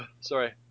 sorry